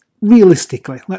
realistically